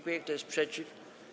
Kto jest przeciw?